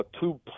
two